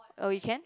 oh you can